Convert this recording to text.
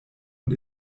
und